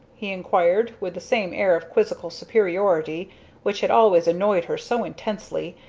he inquired, with the same air of quizzical superiority which had always annoyed her so intensely,